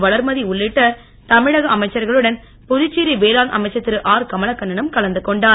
வளர்மதி உள்ளிட்ட தமிழக அமைச்சர்களுடன் புதுச்சேரி வேளாண் அமைச்சர் திருஆர்கமலக்கண்ணனும் கலந்து கொண்டார்